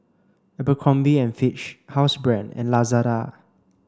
Abercrombie and Fitch Housebrand and Lazada